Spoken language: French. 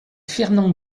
fernand